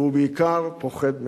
והוא בעיקר פוחד מעצמו.